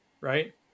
right